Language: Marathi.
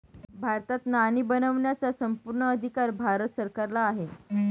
भारतात नाणी बनवण्याचा संपूर्ण अधिकार भारत सरकारला आहे